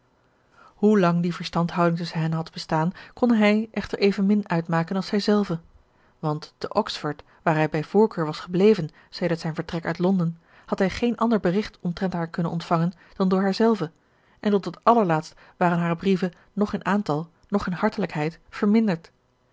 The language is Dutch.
hoelang die verstandhouding tusschen hen had bestaan kon hij echter evenmin uitmaken als zijzelve want te oxford waar hij bij voorkeur was gebleven sedert zijn vertrek uit londen had hij geen ander bericht omtrent haar kunnen ontvangen dan door haarzelve en tot het allerlaatst waren hare brieven noch in aantal noch in hartelijkheid verminderd